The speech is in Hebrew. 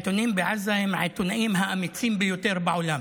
העיתונאים בעזה הם העיתונאים האמיצים ביותר בעולם.